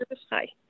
Hi